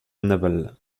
naval